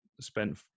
spent